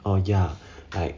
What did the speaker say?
oh ya I